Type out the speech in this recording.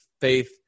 Faith